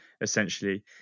essentially